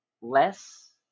less